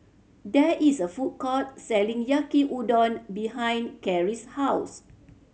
there is a food court selling Yaki Udon behind Carie's house